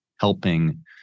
helping